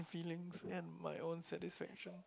feelings and my own satisfaction